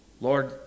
Lord